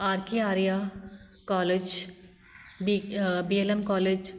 R K Arya college B B L M college